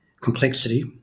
complexity